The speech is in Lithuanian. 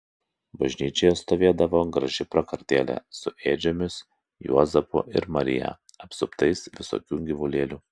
bažnyčioje stovėdavo graži prakartėlė su ėdžiomis juozapu ir marija apsuptais visokių gyvulėlių